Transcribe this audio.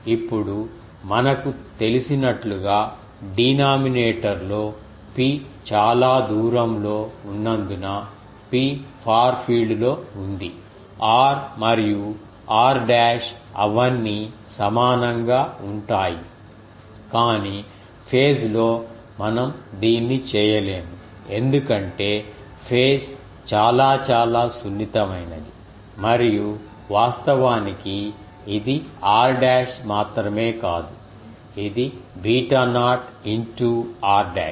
ఇప్పుడు మనకు తెలిసినట్లుగా డీనామినేటర్ లో P చాలా దూరంలో ఉన్నందున P ఫార్ ఫీల్డ్ లో ఉంది r మరియు r డాష్ అవన్నీ సమానంగా ఉంటాయి కాని ఫేస్ లో మనం దీన్ని చేయలేము ఎందుకంటే ఫేస్ చాలా చాలా సున్నితమైనది మరియు వాస్తవానికి ఇది r డాష్ మాత్రమే కాదు ఇది beta naught into r dash